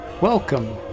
Welcome